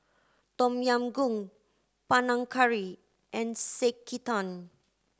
Tom Yam Goong Panang Curry and Sekihan